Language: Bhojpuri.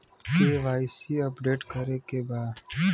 के.वाइ.सी अपडेट करे के बा?